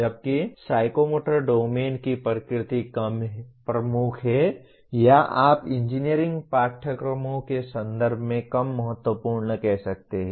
जबकि psychomotor domain की प्रकृति कम प्रमुख है या आप इंजीनियरिंग पाठ्यक्रमों के संदर्भ में कम महत्वपूर्ण कह सकते हैं